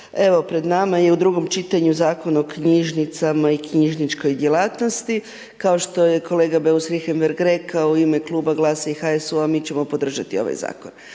pred nama je u drugom čitanju Zakon o knjižnicama i knjižničnoj djelatnosti kao što je kolega Beus Richembergh rekao u ime Kluba GLAS-a i HSU-a mi ćemo podržati ovaj zakon,